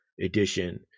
edition